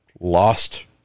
lost